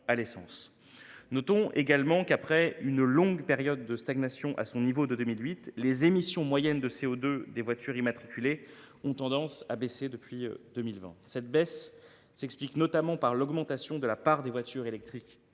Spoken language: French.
Notons également que, après une longue période de stagnation à leur niveau de 2008, les émissions moyennes de CO2 des voitures immatriculées ont tendance à baisser depuis 2020. Cette diminution s’explique notamment par l’augmentation de la part des voitures électriques